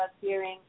hearing